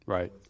Right